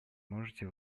можете